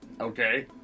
Okay